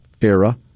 era